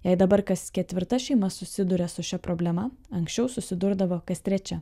jei dabar kas ketvirta šeima susiduria su šia problema anksčiau susidurdavo kas trečia